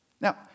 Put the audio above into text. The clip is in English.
Now